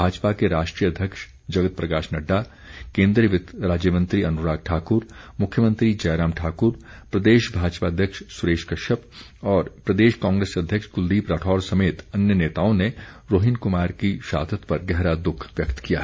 भाजपा के राष्ट्रीय अध्यक्ष जगत प्रकाश नड्डा केन्द्रीय वित्त राज्य मंत्री अनुराग ठाकुर मुख्यमंत्री जयराम ठाकुर प्रदेश भाजपा अध्यक्ष सुरेश कश्यप और प्रदेश कांग्रेस अध्यक्ष कुलदीप राठौर समेत अन्य नेताओं ने रोहिन कुमार की शहादत पर गहरा दुख व्यक्त किया है